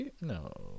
no